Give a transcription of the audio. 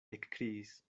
ekkriis